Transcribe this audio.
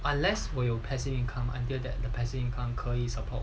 unless 我有 passive income until that the passing income 可以 support